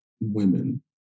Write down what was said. women